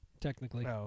Technically